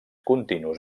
continus